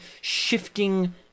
shifting